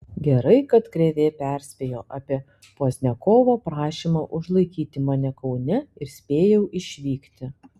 gerai kad krėvė perspėjo apie pozniakovo prašymą užlaikyti mane kaune ir spėjau išvykti